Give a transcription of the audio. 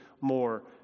more